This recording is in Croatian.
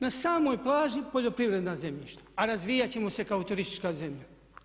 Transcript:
Na samoj plaži poljoprivredna zemljišta a razvijat ćemo se kao turistička zemlja.